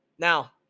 Now